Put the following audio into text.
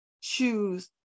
choose